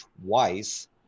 twice